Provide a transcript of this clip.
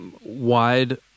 wide